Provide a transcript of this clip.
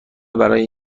برای